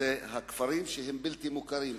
אלה הכפרים הבלתי-מוכרים,